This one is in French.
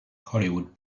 hollywood